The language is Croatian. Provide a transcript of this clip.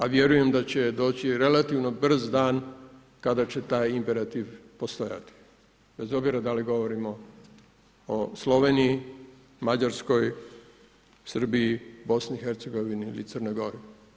A vjerujem da će doći relativno brz dan kada će taj imperativ postojati bez obzira da li govorimo o Sloveniji, Mađarskoj, Srbiji, BiH-a ili Crnoj Gori.